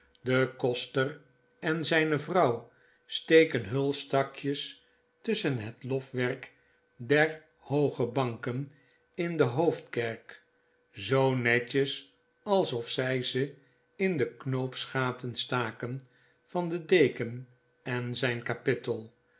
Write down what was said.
de koster en zgno vrouw steken hulsttakjes tusschen het lofwerk der hooge banken in de hoofdkerk zoo netjes alsof zy ze in de knoopsgaten staken van den deken en zyn kapittel